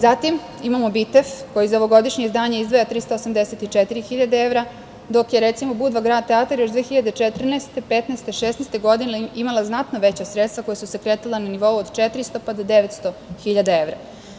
Zatim, imamo BITEF, koji za ovogodišnje izdanje izdvaja 384.000 evra, dok je, recimo Budva grad teatar još 2014, 2016, 2016. godine imala znatno veća sredstva, koja su se kretala na nivou od 400.000 pa do 900.000 evra.